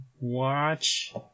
Watch